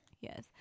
Yes